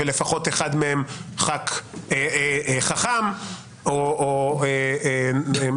ולפחות אחד מהם ח"כ חכ"מ או מחכים.